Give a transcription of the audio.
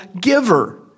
giver